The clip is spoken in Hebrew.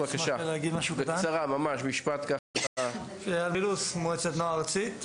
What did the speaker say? אני ממועצת נוער ארצית.